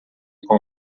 com